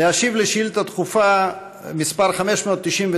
להשיב על שאילתה דחופה מס' 599,